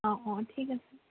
অঁ অঁ ঠিক আছে